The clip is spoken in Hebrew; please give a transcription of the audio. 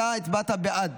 הצבעתו הייתה בעד,